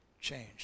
change